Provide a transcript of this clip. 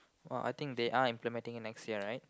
!wah! I think they are implementing it next year right